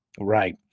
Right